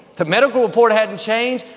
the medical report hasn't changed.